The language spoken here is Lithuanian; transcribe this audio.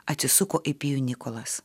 atsisuko į pijų nikolas